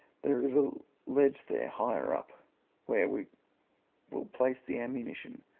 there's a ledge there higher up where we will place the ammunition.